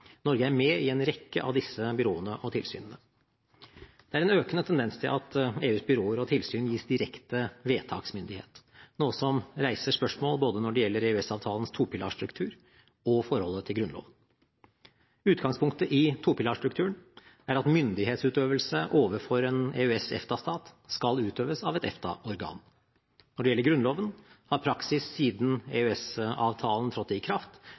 Norge er med i en rekke av disse byråene og tilsynene. Det er en økende tendens til at EUs byråer og tilsyn gis direkte vedtaksmyndighet, noe som reiser spørsmål når det gjelder både EØS-avtalens topilarstruktur og forholdet til Grunnloven. Utgangspunktet i topilarstrukturen er at myndighetsutøvelse overfor en EØS/EFTA-stat skal utøves av et EFTA-organ. Når det gjelder Grunnloven, har praksis siden EØS-avtalen trådte i kraft,